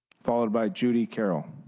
followed by judy carol.